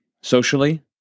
socially